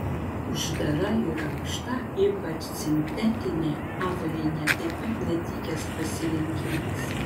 uždara ir ankšta ypač sintetinė avalynė taip pat netikęs pasirinkimas